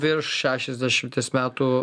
virš šešiasdešimties metų